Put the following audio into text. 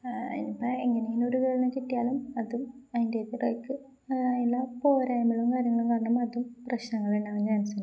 ഇനിപ്പ എങ്ങനെയനൊരു വീർന കിട്ടിയാലും അതും അതിൻ്റെതിടേക്ക് അയില പോരായ്മളും കാര്യങ്ങളും കാരണം അതും പ്രശ്നങ്ങള ഇണ്ടാവ മനസ്സണ്ട്